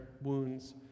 wounds